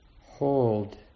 hold